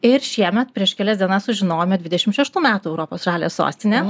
ir šiemet prieš kelias dienas sužinojome dvidešimt šeštų metų europos žaliąją sostinę